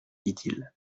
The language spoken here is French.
idylle